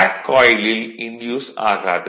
back காயிலில் induce ஆகாது